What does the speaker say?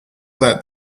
that